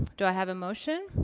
do i have a motion?